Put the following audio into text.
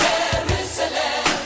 Jerusalem